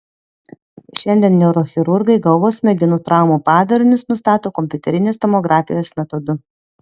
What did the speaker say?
šiandien neurochirurgai galvos smegenų traumų padarinius nustato kompiuterinės tomografijos metodu